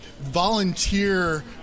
volunteer